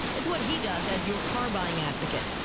it's what he does as your car buying advocate.